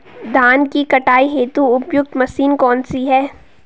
धान की कटाई हेतु उपयुक्त मशीन कौनसी है?